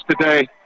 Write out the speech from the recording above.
today